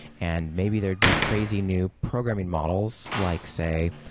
and maybe there'd be crazy new programming models like, say,